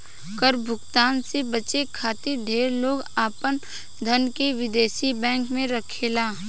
कर भुगतान से बचे खातिर ढेर लोग आपन धन के विदेशी बैंक में रखेला